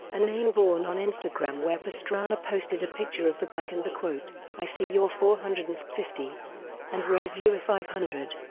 a name born on instagram where pastrana posted a picture of the bike and the quote i see your four hundred and fifty and raise you a five hundred.